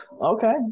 Okay